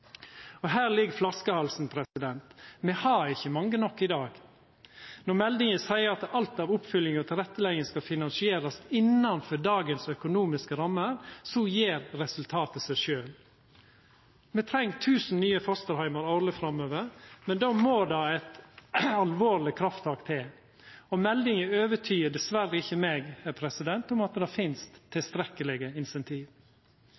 mellom. Her ligg flaskehalsen. Me har ikkje mange nok i dag. Når ein i meldinga skriv at alt av oppfølging og tilrettelegging skal finansierast innanfor dagens økonomiske rammer, gjev resultatet seg sjølv. Me treng 1 000 nye fosterheimar årleg framover, men då må det eit alvorleg krafttak til. Og meldinga overtyder dessverre ikkje meg om at det finst